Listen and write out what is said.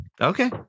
Okay